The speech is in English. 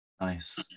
Nice